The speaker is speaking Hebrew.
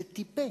זה טיפש.